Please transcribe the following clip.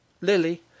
Lily